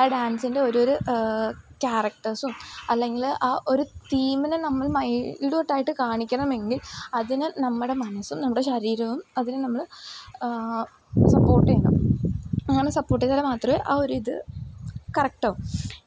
ആ ഡാൻസിൻ്റെ ഒരോരു ക്യാരക്ടേഴ്സും അല്ലെങ്കിൽ ആ ഒരു തീമിനെ നമ്മൾ മൈൽഡ്യൂട്ടായിട്ട് കാണിക്കണമെങ്കിൽ അതിനെ നമ്മുടെ മനസ്സും നമ്മുടെ ശരീരവും അതിനെ നമ്മൾ സപ്പോർട്ട് ചെയ്യും അങ്ങനെ സപ്പോർട്ട് ചെയ്താൽ മാത്രമേ ആ ഒരു ഇത് കറക്റ്റാവും